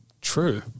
True